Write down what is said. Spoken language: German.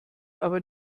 aber